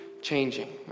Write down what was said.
Changing